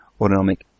autonomic